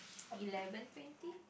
eleven twenty